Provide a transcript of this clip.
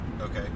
Okay